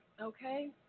Okay